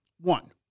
One